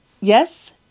Yes